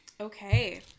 Okay